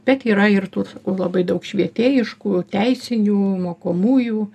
bet yra ir tų labai daug švietėjiškų teisinių mokomųjų